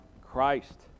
Christ